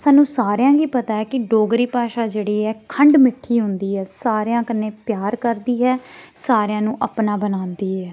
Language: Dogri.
सानूं सारेआं गी पता ऐ कि डोगरी भाशा जेह्ड़ी ऐ खंड मिट्ठी होंदी ऐ सारेआं कन्नै प्यार करदी ऐ सारेआं नू अपना बनांदी ऐ